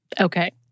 Okay